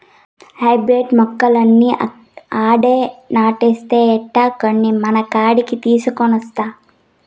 hybrid మొక్కలన్నీ ఆడే నాటేస్తే ఎట్టా, కొన్ని మనకాడికి తీసికొనొస్తా